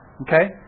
Okay